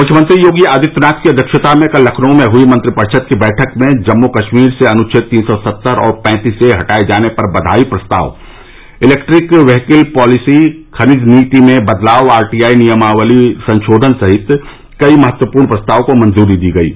मुख्यमंत्री योगी आदित्यनाथ की अध्यक्षता में कल लखनऊ में हई मंत्रिपरिषद की बैठक में जम्मू कश्मीर से अनुच्छेद तीन सौ सत्तर और पैंतीस ए हटाये जाने पर बघाई प्रस्ताव इलेक्ट्रिक व्हीकल पॉलिसी खनिज नीति में बदलाव आरटीआई नियमावली संशोधन सहित कई महत्वपूर्ण प्रस्तावों को मंजूरी दी गयी